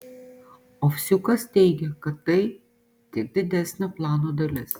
ovsiukas teigia kad tai tik didesnio plano dalis